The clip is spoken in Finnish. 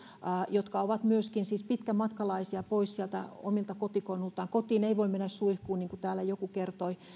jotka ovat myöskin siis pitkämatkalaisia pois sieltä omilta kotikonnuiltaan kotiin ei voi mennä suihkuun niin kuin täällä joku kertoi